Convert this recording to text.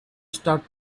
start